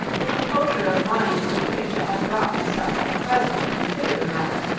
the composure of mind with which i have brought myself at present to consider the matter,